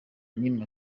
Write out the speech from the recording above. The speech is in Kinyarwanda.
n’imwe